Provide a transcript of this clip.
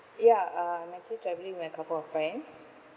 ya uh I'm actually travelling with my couple of friends